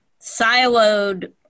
siloed